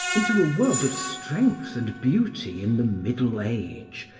into a world of strength and beauty in the middle age,